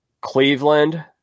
Cleveland